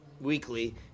weekly